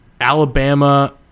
Alabama